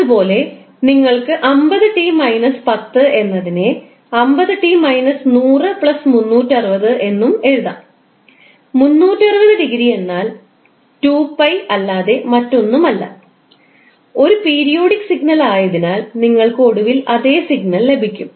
അതുപോലെ നിങ്ങൾക്ക് 50t 10 എന്നതിനെ 50t 100 360 എന്നും എഴുതാം 360 ഡിഗ്രി എന്നാൽ 2𝜋 അല്ലാതെ മറ്റൊന്നുമല്ല ഒരു പീരിയോഡിക് സിഗ്നൽ ആയതിനാൽ നിങ്ങൾക്ക് ഒടുവിൽ അതേ സിഗ്നൽ ലഭിക്കും